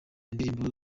ndirimbo